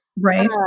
Right